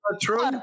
true